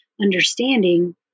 understanding